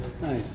Nice